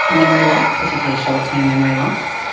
memory loss, particularly short-term memory loss,